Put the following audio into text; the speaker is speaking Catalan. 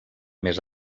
més